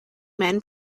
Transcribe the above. men